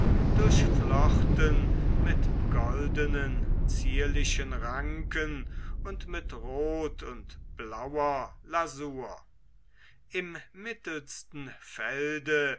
durchflochten mit goldenen zierlichen ranken und mit rot und blauer lasur im mittelsten felde